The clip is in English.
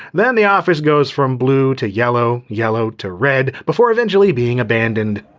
then the office goes from blue to yellow, yellow to red, before eventually being abandoned.